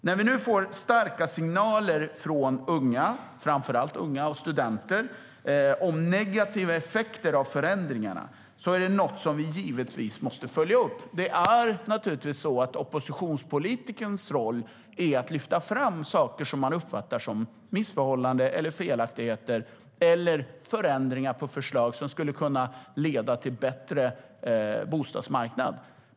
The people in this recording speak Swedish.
När vi nu får starka signaler från framför allt unga och studenter om negativa effekter av förändringarna är det något som vi givetvis måste följa upp. Oppositionspolitikerns roll är naturligtvis att lyfta fram saker som man uppfattar som missförhållanden eller felaktigheter och förändringar i fråga om förslag som skulle kunna leda till en bättre bostadsmarknad.